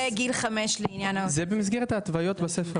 ועל גיל חמש לעניין --- זה במסגרת ההתוויות בספר הירוק.